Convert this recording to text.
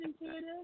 intuitive